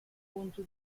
punto